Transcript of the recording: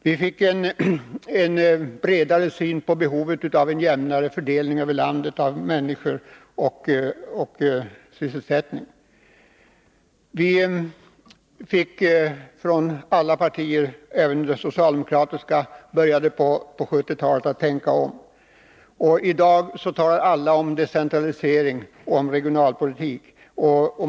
Vi fick en bredare syn på behovet av en jämnare fördelning över landet av människor och sysselsättning. På 1970-talet började även det socialdemokratiska partiet att tänka om. I dag talar alla om decentralisering och regionalpolitik.